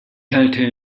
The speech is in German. halte